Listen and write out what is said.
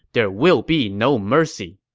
there will be no mercy.